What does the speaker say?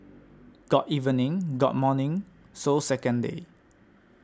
got evening got morning so second day